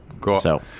Cool